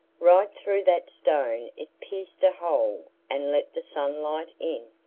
right through that stone it pierced a hole and let the sunlight in.